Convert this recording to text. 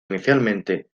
inicialmente